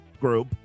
Group